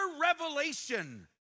revelation